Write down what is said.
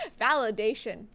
Validation